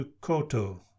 koto